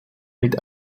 mit